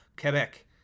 Quebec